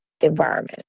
environment